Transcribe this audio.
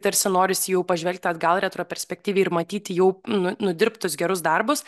tarsi norisi jau pažvelgti atgal retroperspektyviai ir matyti jau nu nudirbtus gerus darbus